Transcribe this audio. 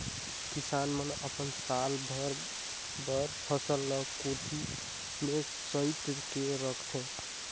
किसान मन अपन साल भर बर फसल ल कोठी में सइत के रखथे